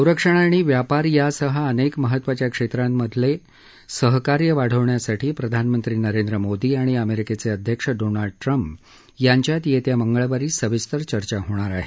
संरक्षण आणि व्यापार यांसह अनेक महत्त्वाच्या क्षेत्रांमधे सहकार्य वाढवण्यासाठी प्रधानमंत्री नरेंद्र मोदी आणि अमेरिकेचे अध्यक्ष डोनाल्ड ट्रम्प यांच्यात येत्या मंगळवारी सविस्तर चर्चा होणार आहे